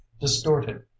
distorted